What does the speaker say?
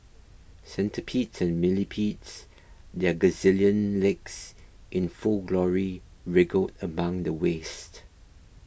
centipedes and millipedes their gazillion legs in full glory wriggled among the waste